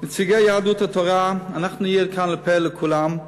נציגי יהדות התורה, אנחנו, נהיה כאן לפה לכולם,